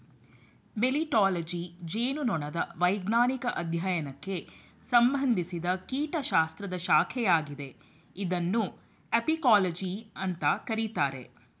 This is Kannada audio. ಮೆಲಿಟ್ಟಾಲಜಿ ಜೇನುನೊಣದ ವೈಜ್ಞಾನಿಕ ಅಧ್ಯಯನಕ್ಕೆ ಸಂಬಂಧಿಸಿದ ಕೀಟಶಾಸ್ತ್ರದ ಶಾಖೆಯಾಗಿದೆ ಇದನ್ನು ಅಪಿಕೋಲಜಿ ಅಂತ ಕರೀತಾರೆ